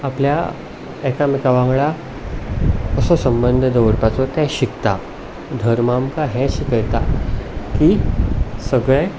आपल्या एकामेका वांगडा असो संबंद दवरपाचो तें शिकता धर्म आमकां हें शिकयता की सगळे